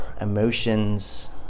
emotions